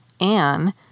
Anne